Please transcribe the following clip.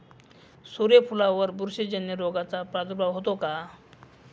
सूर्यफुलावर बुरशीजन्य रोगाचा प्रादुर्भाव होतो का?